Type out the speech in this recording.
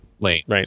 Right